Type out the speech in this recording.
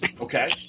Okay